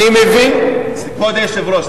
כבוד היושב-ראש,